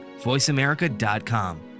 voiceamerica.com